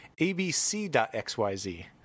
ABC.xyz